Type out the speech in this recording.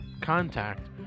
contact